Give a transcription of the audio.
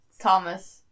Thomas